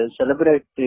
celebrate